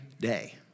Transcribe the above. Day